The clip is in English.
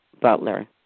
Butler